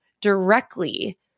directly